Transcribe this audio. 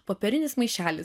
popierinis maišelis